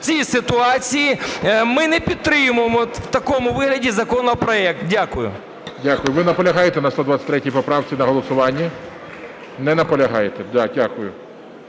цій ситуації ми не підтримуємо в такому вигляді законопроект. Дякую. ГОЛОВУЮЧИЙ. Дякую. Ви наполягаєте на 123 поправці, на голосуванні? Не наполягаєте. Да, дякую.